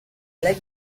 like